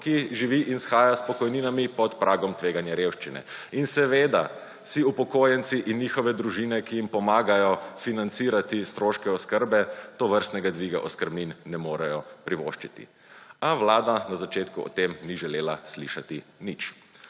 ki živi in shaja s pokojninami pod pragom tveganja revščine in seveda si upokojenci in njihove družine, ki jim pomagajo financirati stroške oskrbe, tovrstnega dviga oskrbnin ne morejo privoščiti, a Vlada v začetku o tem ni želela slišati nič.